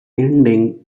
ending